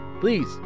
please